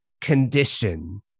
condition